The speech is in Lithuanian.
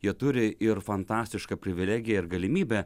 jie turi ir fantastišką privilegiją ir galimybę